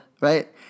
right